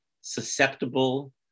susceptible